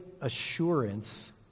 assurance